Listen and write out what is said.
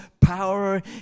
power